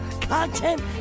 content